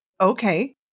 Okay